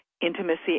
intimacy